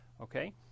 okay